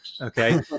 okay